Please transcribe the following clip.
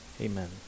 Amen